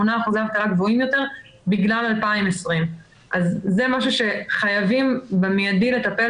8% אחוזי אבטלה גבוהים יותר בגלל 2020. זה משהו שחייבים במיידי לטפל